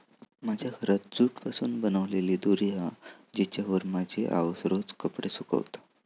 माझ्या घरात जूट पासून बनलेली दोरी हा जिच्यावर माझी आउस रोज कपडे सुकवता